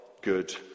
good